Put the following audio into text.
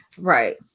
right